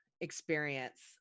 experience